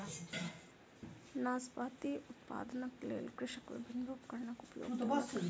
नाशपाती उत्पादनक लेल कृषक विभिन्न उपकरणक उपयोग कयलक